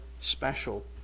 special